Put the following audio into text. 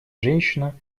женщина